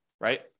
right